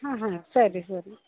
ಹಾಂ ಹಾಂ ಸರಿ ಸರಿ